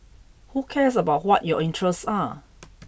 who cares about what your interests are